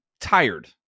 tired